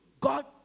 God